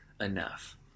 enough